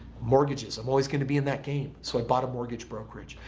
mortgages, i'm always going to be in that game so i bought a mortgage brokerage.